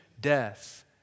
death